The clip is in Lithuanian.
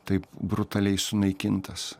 taip brutaliai sunaikintas